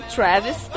Travis